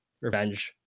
revenge